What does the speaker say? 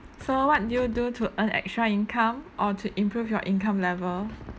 so what do you do to earn extra income or to improve your income level